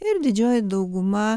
ir didžioji dauguma